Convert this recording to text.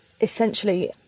essentially